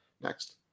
Next